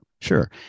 Sure